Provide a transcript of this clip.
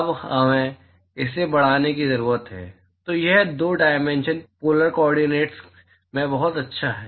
अब हमें इसे बढ़ाने की जरूरत है तो यह 2 डायमेंशनल पोलर कॉड्रिनेट्स में बहुत अच्छा है